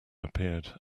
appeared